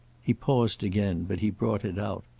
he paused again, but he brought it out.